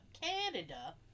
Canada